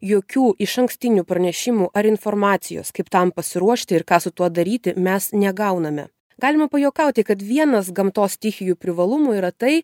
jokių išankstinių pranešimų ar informacijos kaip tam pasiruošti ir ką su tuo daryti mes negauname galima pajuokauti kad vienas gamtos stichijų privalumų yra tai